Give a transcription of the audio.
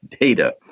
data